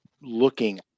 looking